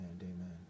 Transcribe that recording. amen